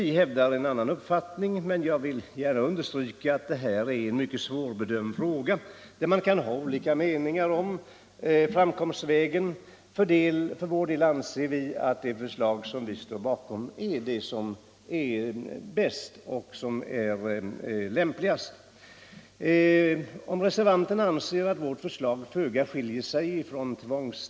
Vi hävdar en annan uppfattning, men jag vill gärna understryka 22 maj 1975 att detta är en mycket svårbedömd fråga, där man kan ha olika meningar LE om framkomstvägen. För vår del anser vi att det förslag vi står bakom = Förslag till steriliseär det bästa och lämpligaste. ringslag, m.m. Om reservanterna anser att vårt förslag föga skiljer sig från tvångs ?